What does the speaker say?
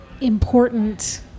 important